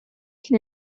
can